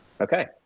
Okay